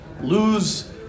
Lose